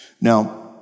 Now